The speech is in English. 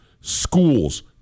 schools